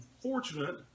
fortunate